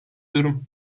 durum